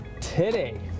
today